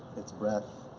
its breath,